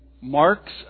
Mark's